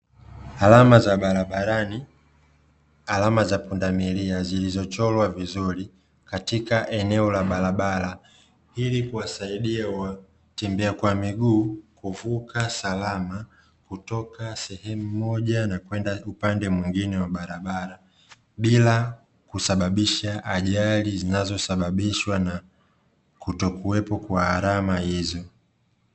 Alama za barabarani, alama za pundamilia zilizo chorwa vizuri katika eneo la barabara ili kuwa saidia watembea kwa miguu kuvuka, kutoka sehemu moja na kwenda upande mwingine wa barabara. bila kusababisha ajali zinazosababisha kutokuwepo kwa alama hizo.